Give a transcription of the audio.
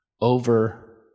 over